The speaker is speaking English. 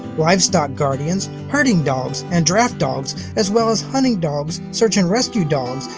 livestock guardians, herding dogs, and draft dogs as well as hunting dogs, search and rescue dogs,